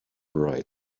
right